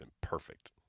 Perfect